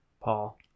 Paul